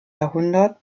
jahrhundert